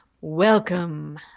Welcome